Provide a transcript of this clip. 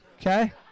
okay